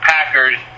Packers